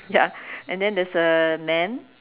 ya and then there's a man